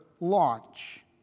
launch